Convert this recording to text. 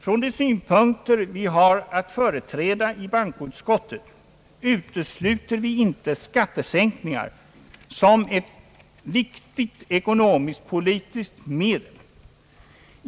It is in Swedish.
Från de synpunkter vi har att företräda i bankoutskottet utesluter vi inte skattesänkningar som ett viktigt ekonomisk-politiskt medel.